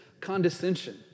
condescension